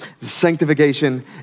Sanctification